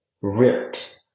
ripped